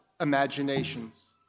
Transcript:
imaginations